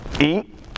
eat